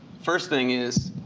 first thing is,